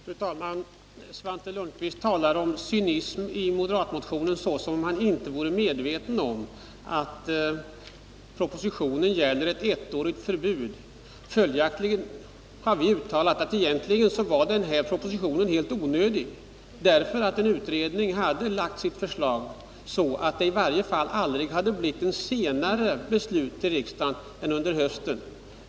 Fru talman! Svante Lundkvist talar om cynism i moderatreservationen som om han inte vore medveten om att propositionen gäller ett ettårigt förbud. Vi har uttalat att egentligen var den här propositionen helt onödig, därför att en utredning hade lagt fram sitt förslag så att det i varje fall aldrig hade blivit ett senare beslut i riksdagen än under hösten.